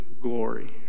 glory